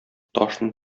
ташны